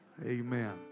Amen